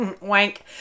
Wank